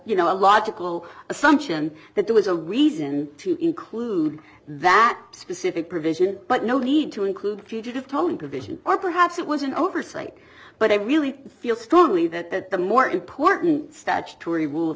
you know a logical assumption that there was a reason to include that specific provision but no need to include fugitive tone provision or perhaps it was an oversight but i really feel strongly that the more important statutory rule